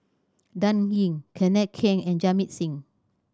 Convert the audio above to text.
Dan Ying Kenneth Keng and Jamit Singh